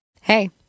Hey